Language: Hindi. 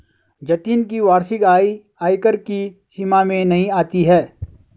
जतिन की वार्षिक आय आयकर की सीमा में नही आती है